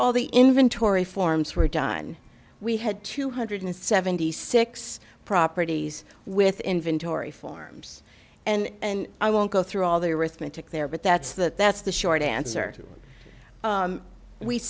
all the inventory forms were done we had two hundred seventy six properties with inventory forms and i won't go through all the arithmetic there but that's the that's the short answer